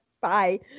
bye